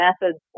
methods